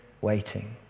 waiting